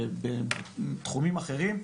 בתחומים אחרים,